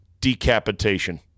decapitation